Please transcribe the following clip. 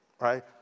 Right